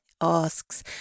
asks